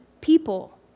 people